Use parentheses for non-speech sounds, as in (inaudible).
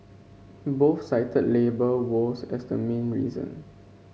(noise) both cited labour woes as the main reason